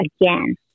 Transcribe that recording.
again